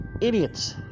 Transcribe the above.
idiots